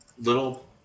little